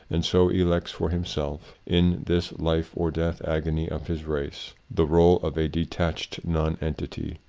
and so elects for himself, in this life or-death agony of his race, the role of a detached nonentity,